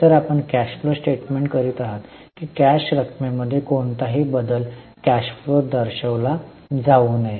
तर आपण cash flow statement करीत आहोत की कॅश रकमेमध्ये कोणताही बदल कॅश फ्लोात दर्शविला जाऊ नये